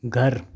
घर